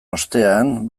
ostean